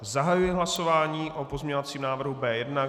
Zahajuji hlasování pozměňovacím návrhu B1.